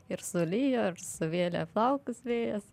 ir sulijo ir suvėlė plaukus vėjas